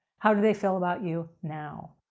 how do they feel about you now?